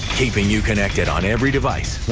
keeping you connected on every device.